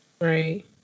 right